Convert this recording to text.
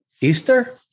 Easter